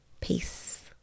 Peace